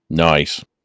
Nice